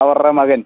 അവരുടെ മകൻ